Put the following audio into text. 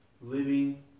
living